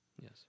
Yes